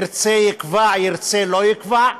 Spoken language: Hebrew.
שירצה, יקבע, לא ירצה, לא יקבע,